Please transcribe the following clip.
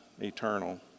eternal